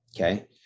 Okay